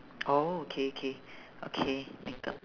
oh K K okay makeup